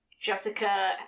Jessica